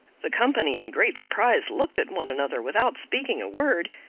the company in great surprise looked at one another without speaking a word,